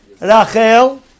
Rachel